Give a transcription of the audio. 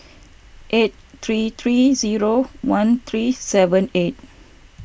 eight three three zero one three seven eight